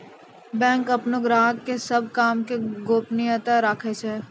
bank अपनो ग्राहको के सभ काम के गोपनीयता राखै छै